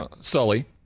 Sully